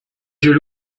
yeux